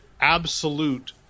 absolute